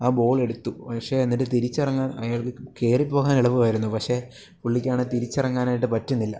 ആ ബോൾ എടുത്തു പക്ഷേ എന്നിട്ട് തിരിച്ച് ഇറങ്ങാൻ അയാൾക്ക് കയറിപ്പോകാൻ എളുപ്പമായിരുന്നു പക്ഷേ പുള്ളിക്കാണെങ്കിൽ തിരിച്ച് ഇറങ്ങാനായിട്ട് പറ്റുന്നില്ല